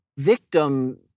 victim